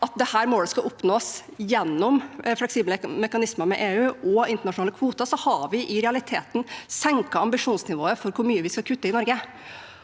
at dette målet skal oppnås gjennom fleksible mekanismer med EU og internasjonale kvoter, har vi i realiteten senket ambisjonsnivået for hvor mye vi skal kutte i Norge.